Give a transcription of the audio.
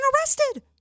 arrested